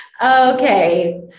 Okay